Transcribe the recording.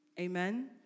Amen